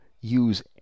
use